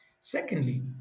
Secondly